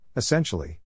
Essentially